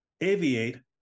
aviate